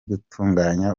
gutunganya